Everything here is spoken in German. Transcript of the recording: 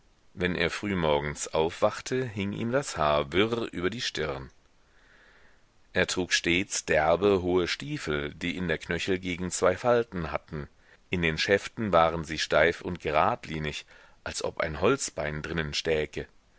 wenn er frühmorgens aufmachte hing ihm das haar wirr über die stirn er trug stets derbe hohe stiefel die in der knöchelgegend zwei falten hatten in den schäften waren sie steif und geradlinig als ob ein holzbein drinnen stäke